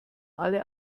alle